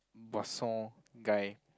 Bresson guy